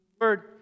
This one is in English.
Word